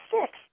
six